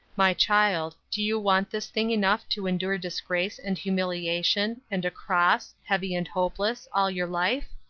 my child, do you want this thing enough to endure disgrace and humiliation, and a cross, heavy and hopeless, all your life?